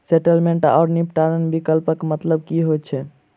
Settlement आओर निपटान विकल्पक मतलब की होइत छैक?